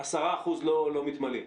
לא מתמלאים.